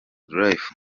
life